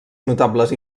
notables